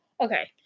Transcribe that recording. Okay